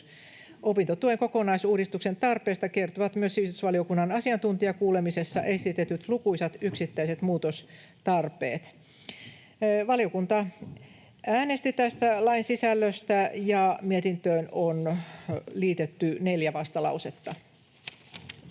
Opintotuen kokonaisuudistuksen tarpeesta kertovat myös sivistysvaliokunnan asiantuntijakuulemisessa esitetyt lukuisat yksittäiset muutostarpeet. Valiokunta äänesti tästä lain sisällöstä, ja mietintöön on liitetty neljä vastalausetta.